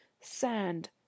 sand